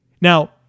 Now